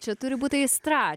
čia turi būt aistra